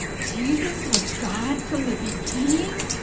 jesus, was god from the beginning